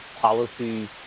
policy